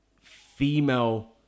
female